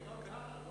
היום לא?